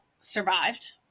survived